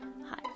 Hi